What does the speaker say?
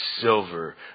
silver